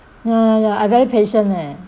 ya ya ya I very patient leh